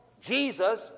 Jesus